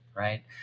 right